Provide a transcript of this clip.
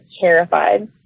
terrified